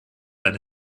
eine